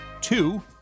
two